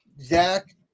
Zach